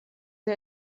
sie